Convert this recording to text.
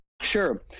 Sure